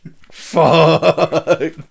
Fuck